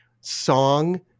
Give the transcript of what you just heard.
song